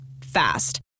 Fast